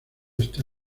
está